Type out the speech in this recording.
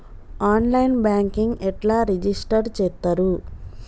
On line banking ఎట్లా register చేత్తరు?